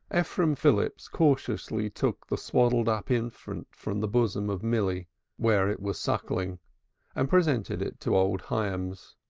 ephraim phillips cautiously took the swaddled-up infant from the bosom of milly where it was suckling and presented it to old hyams.